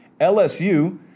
LSU